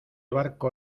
barco